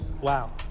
wow